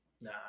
Nah